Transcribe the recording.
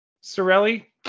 Sorelli